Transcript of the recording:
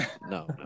no